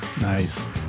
Nice